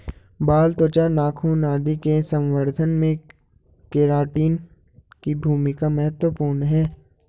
बाल, त्वचा, नाखून आदि के संवर्धन में केराटिन की भूमिका महत्त्वपूर्ण है